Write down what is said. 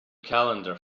calendar